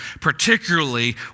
particularly